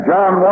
John